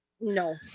no